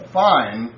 fine